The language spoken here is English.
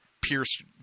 Pierce